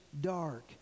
dark